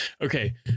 Okay